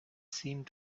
seemed